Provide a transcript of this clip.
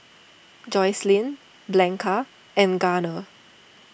Joycelyn Blanca and Garner